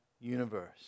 universe